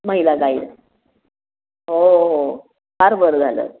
महिला गाईड हो हो फार बरं झालं